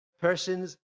person's